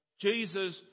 Jesus